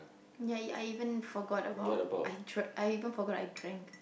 ya I even forgot about I drank I even forgot I drank